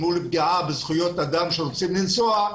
אל מול הפגיעה בזכויות אדם שרוצים לנסוע,